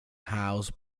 house